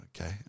okay